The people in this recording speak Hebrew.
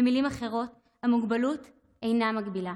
במילים אחרות, המוגבלות אינה מגבילה